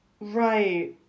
Right